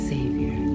Savior